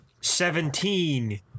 Seventeen